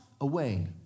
away